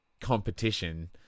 competition